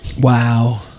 Wow